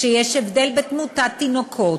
שיש הבדל בתמותת תינוקות,